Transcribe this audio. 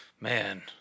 Man